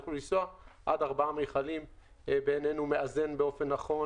עד ארבעה מכלים מאזן בעינינו באופן נכון